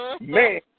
Man